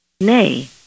Nay